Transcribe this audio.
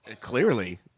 Clearly